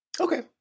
okay